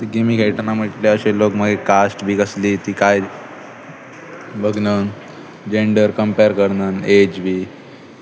ती गेमी खेळटना म्हटल्यार अशे लोक मागीर कास्ट बी कसली ती कांय बगनन जेंन्डर कंपेर करिनात एज बी